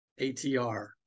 ATR